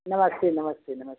नमस्ते नमस्ते नमस्ते